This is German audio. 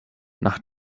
nach